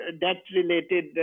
debt-related